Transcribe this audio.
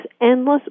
endless